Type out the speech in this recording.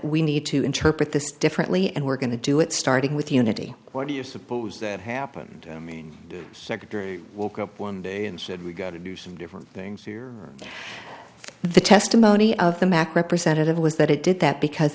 we need to interpret this differently and we're going to do it starting with unity or do you suppose that happened i mean secretary will go one day and said we've got to do some different things here the testimony of the mac representative was that it did that because